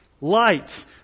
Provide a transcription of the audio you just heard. Light